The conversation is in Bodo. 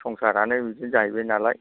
संसारानो बिदिनो जाहैबायनालाय